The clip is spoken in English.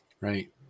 Right